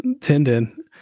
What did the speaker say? tendon